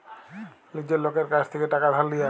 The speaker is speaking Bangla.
লীজের লকের কাছ থ্যাইকে টাকা ধার লিয়া